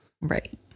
right